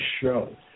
show